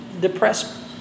depressed